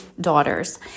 daughters